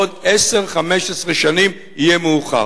בעוד 10 15 שנים יהיה מאוחר.